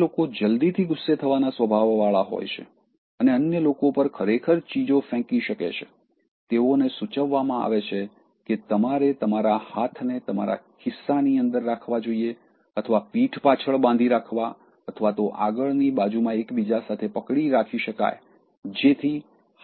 જે લોકો જલ્દીથી ગુસ્સે થવાના સ્વભાવના હોય અને અન્ય લોકો પર ખરેખર ચીજો ફેંકી શકે છે તેઓને સૂચવવામાં આવે છે કે તમારે તમારા હાથને તમારા ખિસ્સાની અંદર રાખવા જોઈએ અથવા પીઠ પાછળ બાંધી રાખવા અથવા તો આગળની બાજુમાં એકબીજા સાથે પકડી રાખી શકાય જેથી